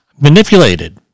manipulated